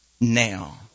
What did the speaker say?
now